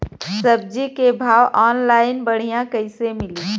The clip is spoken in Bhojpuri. सब्जी के भाव ऑनलाइन बढ़ियां कइसे मिली?